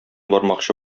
бармакчы